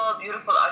beautiful